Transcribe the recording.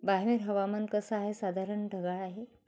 बाहेर हवामान कसं आहे साधारण ढगाळ आहे